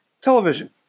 television